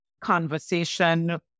conversation